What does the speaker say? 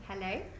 Hello